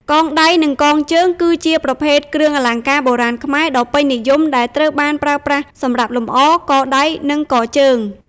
កងដៃ និងកងជើង គឺជាប្រភេទគ្រឿងអលង្ការបុរាណខ្មែរដ៏ពេញនិយមដែលត្រូវបានប្រើប្រាស់សម្រាប់លម្អ កដៃ និងកជើង។